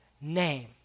name